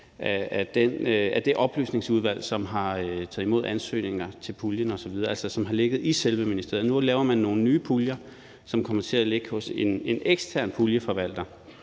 af det oplysningsudvalg, som har taget imod ansøgninger til puljen, som altså har ligget i selve ministeriet. Nu laver man nogle nye puljer, som kommer til at ligge hos en ekstern puljeforvalter,